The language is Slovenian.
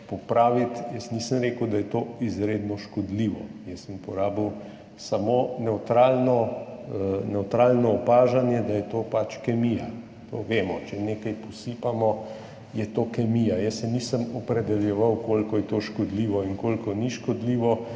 popraviti, jaz nisem rekel, da je to izredno škodljivo. Jaz sem uporabil samo nevtralno opažanje, da je to pač kemija. To vemo. Če nekaj posipamo, je to kemija. Jaz se nisem opredeljeval, koliko je to škodljivo in koliko ni škodljivo,